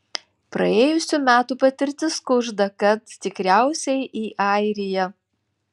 praėjusių metų patirtis kužda kad tikriausiai į airiją